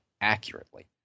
accurately